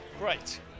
Great